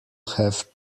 have